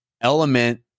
element